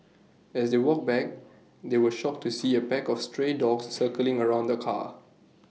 as they walked back they were shocked to see A pack of stray dogs circling around the car